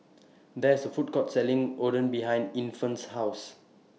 There IS A Food Court Selling Oden behind Infant's House